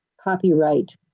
copyright